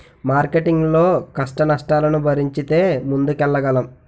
marketing లో కష్టనష్టాలను భరించితే ముందుకెళ్లగలం